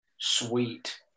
Sweet